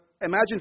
imagine